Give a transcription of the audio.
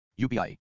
UPI